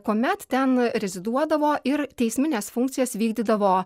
kuomet ten reziduodavo ir teismines funkcijas vykdydavo